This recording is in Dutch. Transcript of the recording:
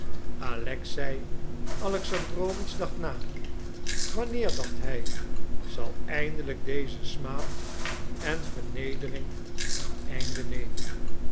alexei alexandrowitsch dacht na wanneer dacht hij zal eindelijk deze smaad en vernedering een einde nemen